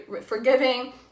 forgiving